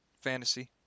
fantasy